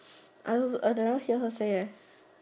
I don't know I never hear her say eh